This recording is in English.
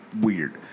weird